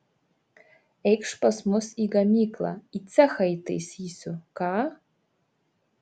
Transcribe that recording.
eikš pas mus į gamyklą į cechą įtaisysiu ką